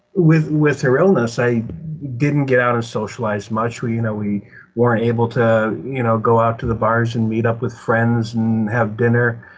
with with her illness, i didn't get out and socialize much. well, you know, we weren't able to you know go out to the bars and meet up with friends and have dinner.